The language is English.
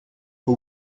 who